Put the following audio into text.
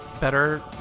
better